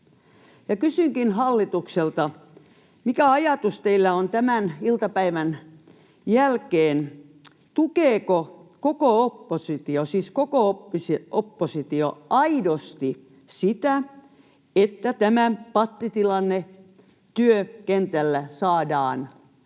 Kysynkin hallitukselta: Mikä ajatus teillä on tämän iltapäivän jälkeen? Tukeeko koko oppositio, siis koko oppositio, aidosti sitä, että tämä pattitilanne työkentällä saadaan